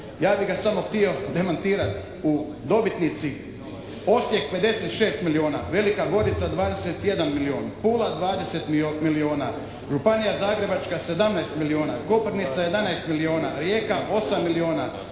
Ja bih ga samo htio demantirati. U, dobitnici Osijek 56 milijuna, Velika Gorica 21 milijun, Pula 20 milijuna. Županija Zagrebačka 17 milijuna, Koprivnica 11 milijuna. Rijeka 8 milijuna.